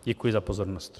Děkuji za pozornost.